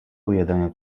ujadanie